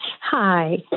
Hi